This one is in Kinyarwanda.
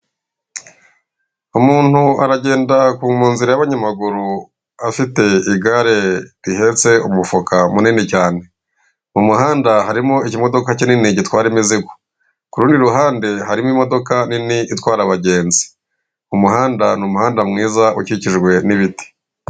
Umuntu aragenda mu nzira y'abanyamaguru afite igare rihetse umufuka munini cyane, mu muhanda harimo ikimodoka kinini gitwara imizigo, kurundi ruhande harimo imodoka nini itwara abagenzi, umuhanda ni umuhanda mwiza ukikijwe n'ibiti.